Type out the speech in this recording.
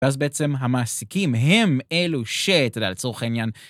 ואז בעצם המעסיקים הם אלו ש... אתה יודע, לצורך העניין...